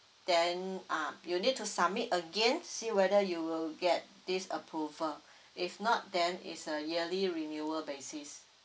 then ah you need to submit again see whether you will get this approval if not then is a yearly renewal basis